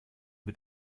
mit